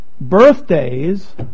birthdays